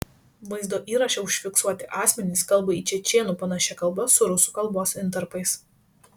vaizdo įraše užfiksuoti asmenys kalba į čečėnų panašia kalba su rusų kalbos intarpais